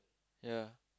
ya